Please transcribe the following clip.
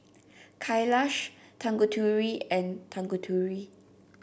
Kailash Tanguturi and Tanguturi